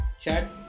chat